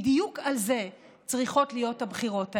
בדיוק על זה, צריכות להיות הבחירות האלה,